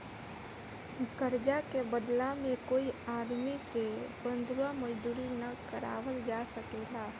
कर्जा के बदला में कोई आदमी से बंधुआ मजदूरी ना करावल जा सकेला